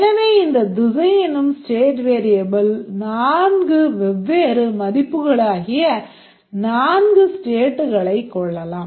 எனவே இந்த திசை எனும் ஸ்டேட் வேரியபிள் 4 வெவ்வேறு மதிப்புகளாகிய 4 ஸ்டேட்களைக் கொள்ளலாம்